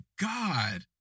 God